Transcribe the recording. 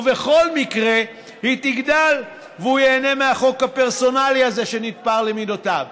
ובכל מקרה היא תגדל והוא ייהנה מהחוק הפרסונלי הזה שנתפר למידותיו.